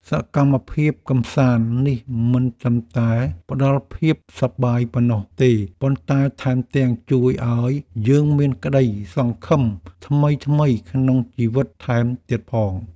សកម្មភាពកម្សាន្តនេះមិនត្រឹមតែផ្ដល់ភាពសប្បាយប៉ុណ្ណោះទេប៉ុន្តែថែមទាំងជួយឱ្យយើងមានក្ដីសង្ឃឹមថ្មីៗក្នុងជីវិតថែមទៀតផង។